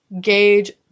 gauge